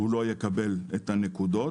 הוא לא יקבל את הנקודות.